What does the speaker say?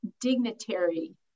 dignitary